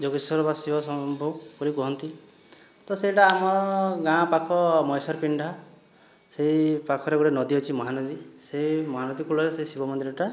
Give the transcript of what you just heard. ଯୋଗେଶ୍ଵର ବା ଶିବ ସମ୍ଭୁ ବୋଲି କୁହନ୍ତି ତ ସେଇଟା ଆମର୍ ଗାଁ ପାଖ ମହେଶ୍ଵର ପିଣ୍ଡା ସେହି ପାଖରେ ଗୁଟେ ନଦୀ ଅଛି ମହାନଦୀ ସେଇ ମହାନଦୀ କୂଳରେ ସେହି ଶିବ ମନ୍ଦିରଟା